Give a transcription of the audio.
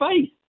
faith